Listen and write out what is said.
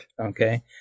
okay